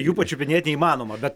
jų pačiupinėt neįmanoma bet